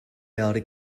reality